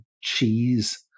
cheese